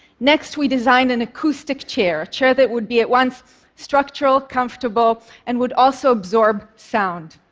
next, we designed an acoustic chair, a chair that would be at once structural, comfortable and would also absorb sound.